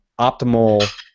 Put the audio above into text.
optimal